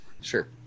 Sure